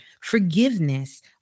forgiveness